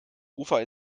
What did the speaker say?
ufer